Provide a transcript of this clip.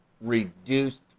reduced